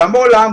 גם בעולם,